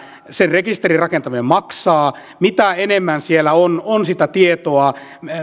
sen rekisterin rakentaminen maksaa mitä enemmän siellä on on sitä tietoa